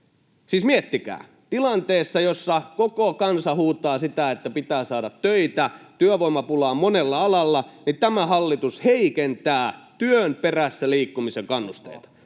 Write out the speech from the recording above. Siis miettikää: tilanteessa, jossa koko kansa huutaa sitä, että pitää saada töitä, työvoimapulaa on monella alalla, tämä hallitus heikentää työn perässä liikkumisen kannusteita